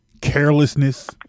carelessness